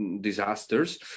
disasters